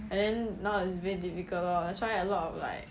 and then now it's very difficult lor that's why a lot of like